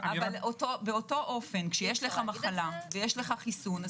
באותו אופן, כשיש לך מחלה ויש לך חיסון.